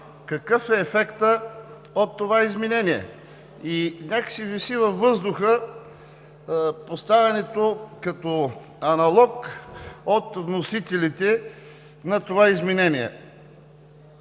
какъв е ефектът от това изменение. И някак си виси във въздуха поставянето като аналог от вносителите на това изменение.